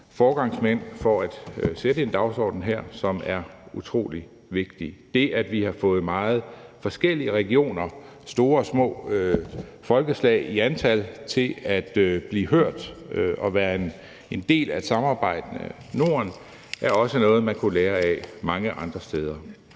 foregangsmænd for at sætte en dagsorden her, som er utrolig vigtig. Det, at vi har fået meget forskellige regioner, store og små folkeslag i antal, til at blive hørt og være en del af et samarbejdende Norden, er også noget, man kunne lære af mange andre steder.